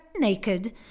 naked